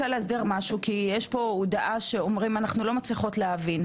יש פה משהו שאנחנו לא מצליחות להבין.